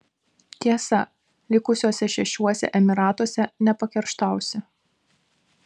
tiesa likusiuose šešiuose emyratuose nepakerštausi